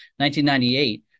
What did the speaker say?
1998